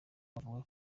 avuga